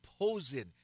opposing